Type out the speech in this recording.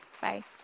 Bye